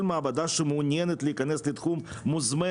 כל מעבדה שמעוניינת להיכנס לתחום מוזמנת.